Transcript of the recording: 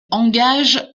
engage